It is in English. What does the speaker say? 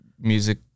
music